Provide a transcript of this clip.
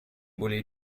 более